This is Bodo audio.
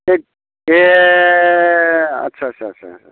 ए आच्चा आच्चा